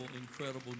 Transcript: incredible